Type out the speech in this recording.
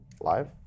live